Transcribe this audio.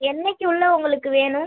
என்னக்கு உள்ளே உங்களுக்கு வேணும்